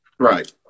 Right